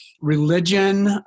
religion